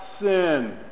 sin